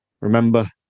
remember